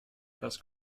has